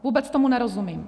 Vůbec tomu nerozumím.